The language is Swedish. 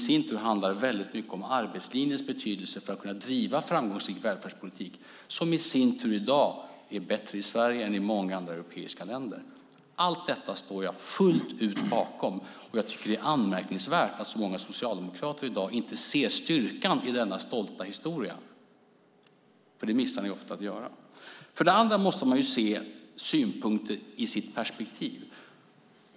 Det handlar i sin tur om arbetslinjens betydelser för att kunna driva framgångsrik välfärdspolitik. Den är i dag bättre i Sverige än i många andra europeiska länder. Jag står fullt ut bakom allt detta. Jag tycker att det är anmärkningsvärt att så många socialdemokrater i dag inte ser styrkan i denna stolta historia; det missar ni ofta att göra. Man måste se synpunkter i sitt perspektiv.